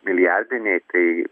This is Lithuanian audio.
milijardiniai tai